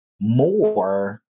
more